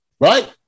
Right